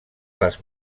les